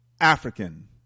African